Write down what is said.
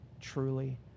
truly